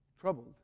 Troubled